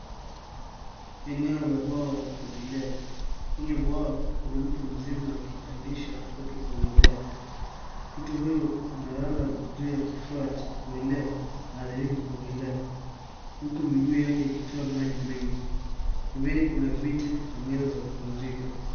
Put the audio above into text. Eneo la bwawa la kuogelea. Kwenye bwawa kuna mtu mzima akimfundisha mtoto kuogelea. Mtoto huyo analala juu ya kifaa cha kuogelea na anajaribu kuogelea huku miguu yake ikitoa maji mengi. Pembeni kuna viti na meza za kupumzika.